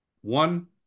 One